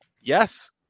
Yes